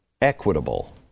equitable